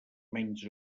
menys